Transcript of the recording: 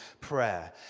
prayer